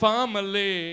Family